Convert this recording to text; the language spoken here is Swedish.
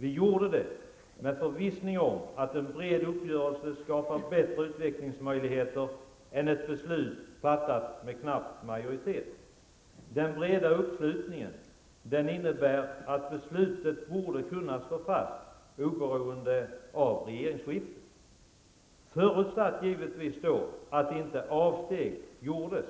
Vi gjorde det i förvissningen om att en bred uppgörelse skulle skapa bättre utvecklingsmöjligheter än ett beslut som fattats med knapp majoritet. Den breda uppslutningen innebär att beslutet borde kunna stå fast, oberoende av regeringsskiftet. En förutsättning härför är givetvis att avsteg inte görs, men